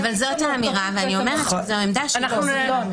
אבל זאת האמירה ואני אומרת שזו עמדה --- חברותיי,